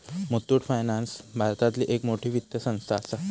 मुथ्थुट फायनान्स भारतातली एक मोठी वित्त संस्था आसा